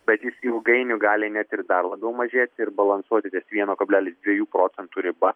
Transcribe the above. bet jis ilgainiui gali net ir dar labiau mažėti ir balansuoti ties vieno kablelis dviejų procentų riba